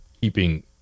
keeping